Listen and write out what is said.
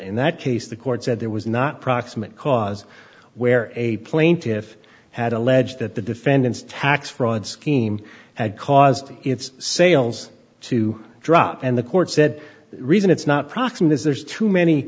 in that case the court said there was not proximate cause where a plaintiff had alleged that the defendant's tax fraud scheme had caused its sales to drop and the court said the reason it's not proximate is there's too many